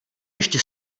ještě